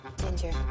Ginger